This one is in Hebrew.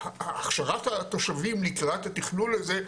הכשרת התושבים לקראת התכנון הזה,